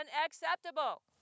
unacceptable